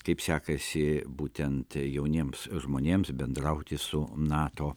kaip sekasi būtent jauniems žmonėms bendrauti su nato